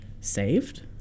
saved